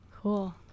Cool